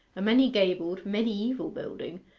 a many-gabled, mediaeval building,